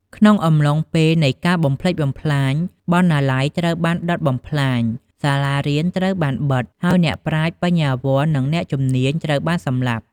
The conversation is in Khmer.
ក្នុងអំឡុងពេលនៃការបំផ្លិចបំផ្លាញ បណ្ណាល័យត្រូវបានដុតបំផ្លាញ សាលារៀនត្រូវបានបិទ ហើយអ្នកប្រាជ្ញ បញ្ញវន្ត និងអ្នកជំនាញត្រូវបានសម្លាប់។